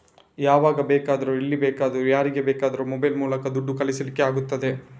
ಯಾವಾಗ ಬೇಕಾದ್ರೂ ಎಲ್ಲಿ ಬೇಕಾದ್ರೂ ಯಾರಿಗೆ ಬೇಕಾದ್ರೂ ಮೊಬೈಲ್ ಮೂಲಕ ದುಡ್ಡು ಕಳಿಸ್ಲಿಕ್ಕೆ ಆಗ್ತದೆ